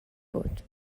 بود